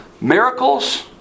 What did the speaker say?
miracles